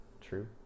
true